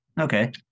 Okay